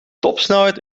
topsnelheid